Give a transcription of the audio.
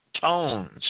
tones